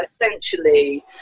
essentially